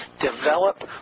develop